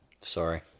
Sorry